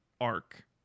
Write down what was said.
arc